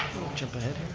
jump ahead